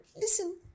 listen